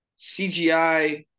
cgi